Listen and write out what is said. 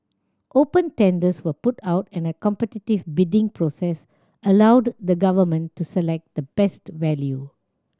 open tenders were put out and a competitive bidding process allowed the Government to select the best value